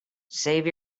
save